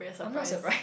I'm not surprised